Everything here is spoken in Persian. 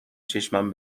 چشمم